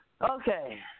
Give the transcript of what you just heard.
Okay